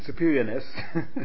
superiorness